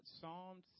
Psalms